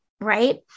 Right